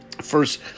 first